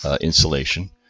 insulation